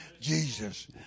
Jesus